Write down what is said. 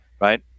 right